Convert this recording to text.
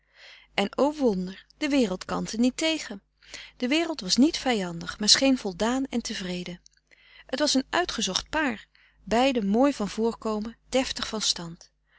en o wonder de wereld kantte niet tegen de wereld was niet vijandig maar scheen voldaan en tevreden het was een uitgezocht paar beiden mooi van voorkomen deftig van stand